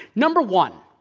number one,